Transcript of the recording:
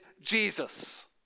Jesus